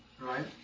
Right